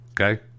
okay